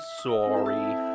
sorry